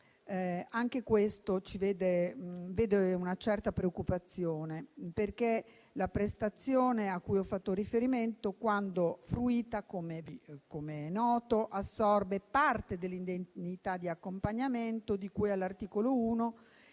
5.17 suscita una certa preoccupazione, perché la prestazione a cui ho fatto riferimento, quando fruita, come noto, assorbe parte dell'indennità di accompagnamento di cui all'articolo 1,